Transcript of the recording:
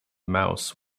mouse